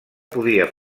podia